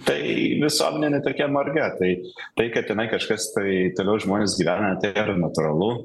tai visuomenė ne tokia marga tai tai kad tenai kažkas tai toliau žmonės gyvena tai yra natūralu